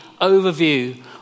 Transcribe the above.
overview